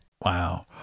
Wow